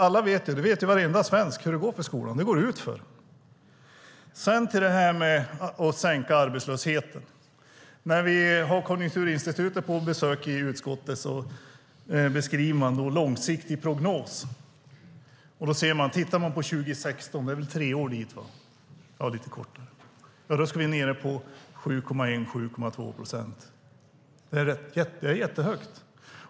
Men varenda svensk vet hur det går för skolan. Det går utför. När det sedan gäller att sänka arbetslösheten har Konjunkturinstitutet, när de varit på besök i utskottet, beskrivit en långsiktig prognos. Om man tittar på 2016 - det är tre år eller lite kortare till dess - är vi nere på 7,1 eller 7,2 procent. Det är jättehögt.